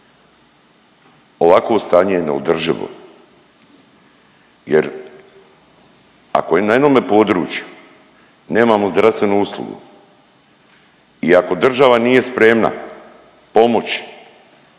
Ovakvo stanje je neodrživo jer ako je na jednome području nemamo zdravstvenu uslugu i ako država nije spremna pomoći